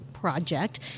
Project